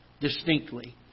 Distinctly